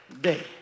day